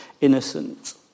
innocent